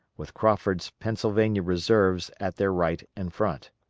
with crawford's pennsylvania reserves at their right and front.